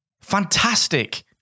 Fantastic